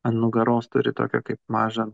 ant nugaros turi tokią kaip mažą